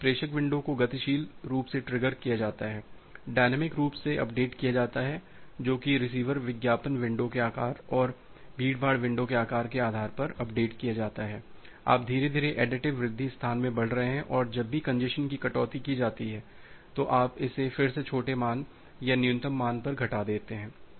तो इस प्रेषक विंडो को गतिशील रूप से ट्रिगर किया जाता है डायनामिक रूप से अपडेट किया जाता है जो कि रिसीवर विज्ञापन विंडो के आकार और भीड़भाड़ विंडो के आकार के आधार पर अपडेट किया जाता है कि आप धीरे धीरे एडिटिव वृद्धि स्थान में बढ़ रहे हैं और जब भी कंजेशन की कटौती की जाती है तो आप इसे फिर से छोटे मान या न्यूनतम मान पर घटा देते हैं